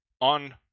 on